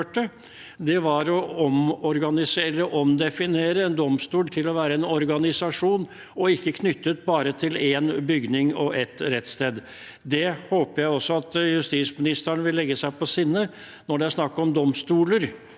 og omdefinere en domstol til å være en organisasjon og ikke knyttet bare til én bygning og ett rettssted. Det håper jeg også justisministeren vil legge seg på sinne. Når det er snakk om domstoler,